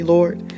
Lord